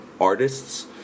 artists